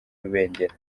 rubengera